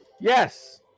Yes